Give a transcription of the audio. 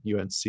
UNC